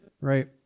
right